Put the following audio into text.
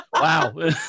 Wow